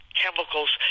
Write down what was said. chemicals